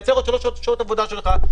עוד 3 שעות עבודה שלך,